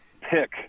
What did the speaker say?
pick